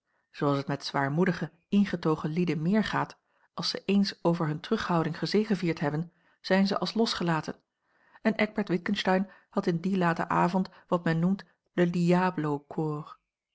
zooals het met zwaarmoedige ingetogen lieden meer gaat als ze eens over hunne terughouding gezegevierd hebben zijn ze als losgelaten en eckbert witgensteyn had in dien laten avond wat men noemt le diable